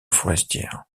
forestière